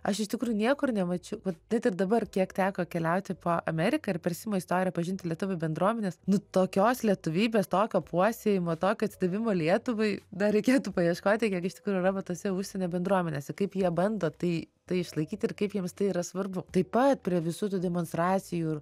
aš iš tikrųjų niekur nemačiau net ir dabar kiek teko keliauti po ameriką ir per simo istoriją pažinti lietuvių bendruomenes nu tokios lietuvybės tokio puoselėjimo tokio atsidavimo lietuvai dar reikėtų paieškoti kiek iš tikrųjų yra tose užsienio bendruomenėse kaip jie bando tai tai išlaikyti ir kaip jiems tai yra svarbu taip pat prie visų tų demonstracijų